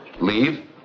Leave